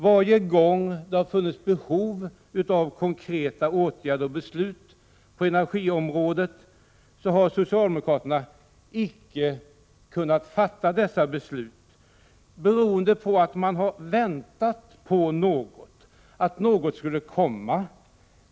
Varje gång det har funnits behov av konkreta åtgärder och beslut på energiområdet har socialdemokraterna icke kunnat fatta beslut, detta beroende på att man väntat på något som skall komma.